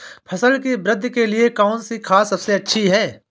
फसल की वृद्धि के लिए कौनसी खाद सबसे अच्छी है?